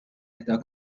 اهدا